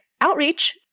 outreach